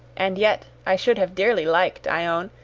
and yet i should have dearly liked, i own,